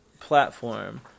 Platform